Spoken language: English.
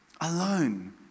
alone